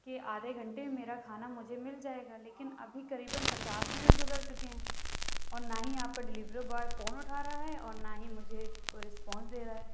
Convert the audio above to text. کہ آدھے گھنٹے میرا کھانا مجھے مل جائے گا لیکن ابھی قریباََ پچاس منٹ گُزر چُکے ہیں اور نہ ہی یہاں پہ ڈلیوری بوائے فون اُٹھا رہا ہے اور نہ ہی مجھے کوئی ریسپونس دے رہا ہے